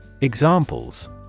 Examples